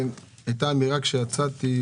היתה אמירה כשיצאתי,